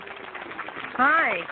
Hi